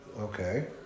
Okay